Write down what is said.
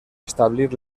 establir